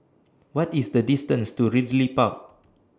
What IS The distance to Ridley Park